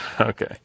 Okay